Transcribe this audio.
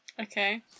Okay